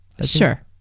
sure